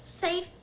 safe